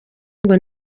ngo